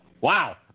Wow